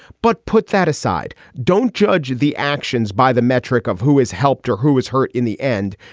but put that aside. don't judge the actions by the metric of who is helped or who is hurt in the end.